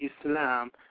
Islam